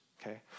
okay